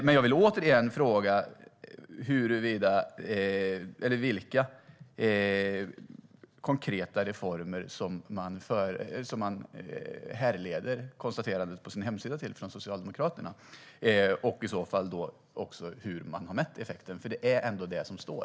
Jag vill återigen fråga vilka konkreta reformer som Socialdemokraterna grundar konstaterandet på sin hemsida på och hur man har mätt effekten, för det är ändå det här som står.